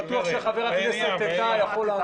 אני בטוח שחבר הכנסתך טאהא יכול לעזור.